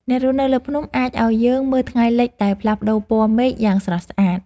ការរស់នៅលើភ្នំ អាចឲ្យយើងមើលថ្ងៃលិចដែលផ្លាស់ប្តូរពណ៌មេឃយ៉ាងស្រស់ស្អាត។